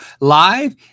live